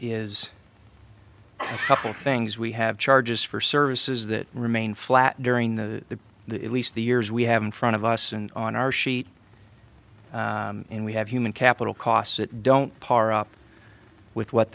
couple things we have charges for services that remain flat during the at least the years we have in front of us and on our sheet and we have human capital costs that don't par up with what